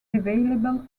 available